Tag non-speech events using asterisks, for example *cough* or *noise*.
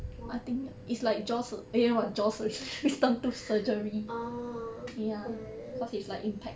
orh *laughs* orh ya